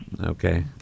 Okay